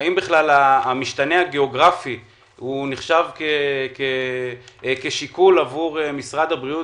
האם המשתנה הגיאוגרפי נחשב כשיקול עבור משרד הבריאות,